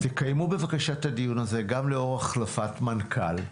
תקיימו בבקשה את הדיון הזה גם לאור החלפת מנכ"ל.